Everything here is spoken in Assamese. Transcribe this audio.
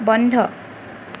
বন্ধ